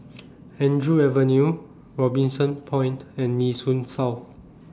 Andrew Avenue Robinson Point and Nee Soon South